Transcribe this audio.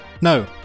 No